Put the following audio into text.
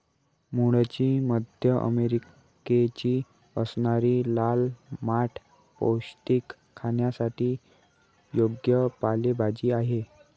मूळची मध्य अमेरिकेची असणारी लाल माठ पौष्टिक, खाण्यासाठी योग्य पालेभाजी आहे